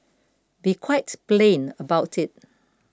be quite plain about it